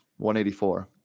184